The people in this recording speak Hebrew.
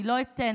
אני לא אתן